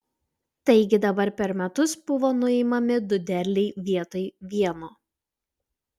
taigi dabar per metus buvo nuimami du derliai vietoj vieno